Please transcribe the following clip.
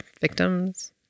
victims